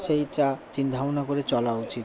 সেইটা চিন্তা ভাবনা করে চলা উচিত